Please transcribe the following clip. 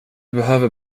behöver